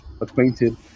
acquainted